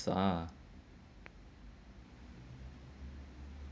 so ah